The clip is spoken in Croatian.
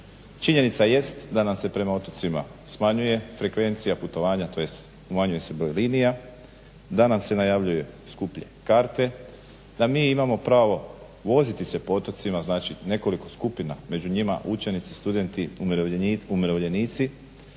Činjenica jest da nam se prema otocima smanjuje frekvencija putovanja, tj. umanjuje se broj linija, da nam se najavljuje skuplje karte, da mi imamo pravo voziti se po otocima, znači nekoliko skupina među njima učenici, studenti, umirovljenici